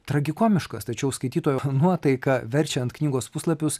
tragikomiškas tačiau skaitytojo nuotaika verčiant knygos puslapius